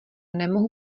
nemohu